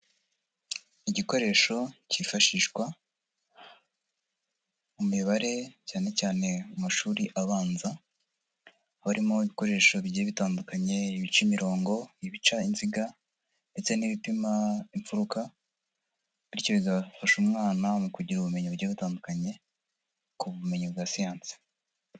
Igikoresho cyifashishwa mu mibare cyane cyane mu mashuri abanza. Haba harimo ibikoresho bigiye bitandukanye, ibica imirongo, ibica inziga ndetse n'ibituma imfuruka, bityo bigafasha umwana mu kugira ubumenyi bugiye butandukanye, ku bumenyi bwa siyansi.